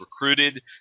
recruited